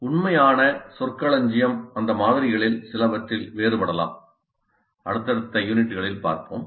உண்மையான சொற்களஞ்சியம் அந்த மாதிரிகளில் சிலவற்றில் வேறுபடலாம் அடுத்தடுத்த யூனிட்களில் பார்ப்போம்